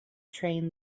train